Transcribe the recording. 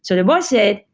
so the boss said,